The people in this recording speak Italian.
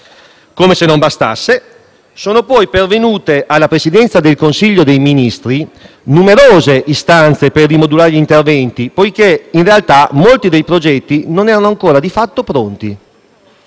Come se non bastasse, sono poi pervenute alla Presidenza del Consiglio dei ministri numerose istanze per rimodulare gli interventi poiché in realtà molti dei progetti non erano ancora di fatto pronti.